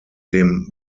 dem